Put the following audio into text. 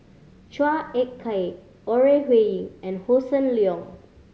Chua Ek Kay Ore Huiying and Hossan Leong